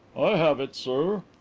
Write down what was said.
have it, sir.